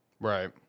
Right